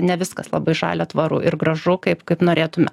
ne viskas labai žalia tvaru ir gražu kaip kaip norėtume